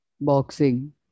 Boxing